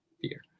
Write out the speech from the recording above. fear